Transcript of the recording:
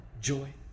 joy